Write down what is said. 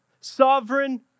sovereign